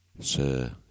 Sir